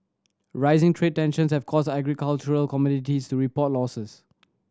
rising trade tensions have caused agricultural commodities to report losses